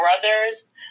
brothers